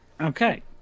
Okay